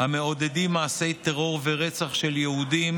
המעודדים מעשי טרור ורצח של יהודים,